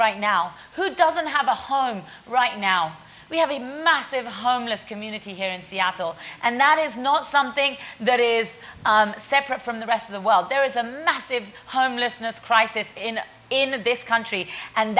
right now who doesn't have a home right now we have a massive homeless community here in seattle and that is not something that is separate from the rest of the world there is a massive homelessness crisis in in of this country and